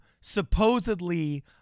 supposedly